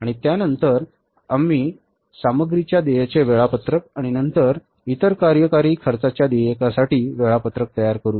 आणि त्यानंतर आम्ही सामग्रीच्या देयाचे वेळापत्रक आणि नंतर इतर कार्यकारी खर्चाच्या देयकासाठी वेळापत्रक तयार करू